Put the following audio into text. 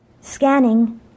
Scanning